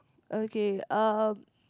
okay um